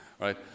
right